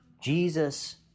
Jesus